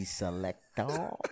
selector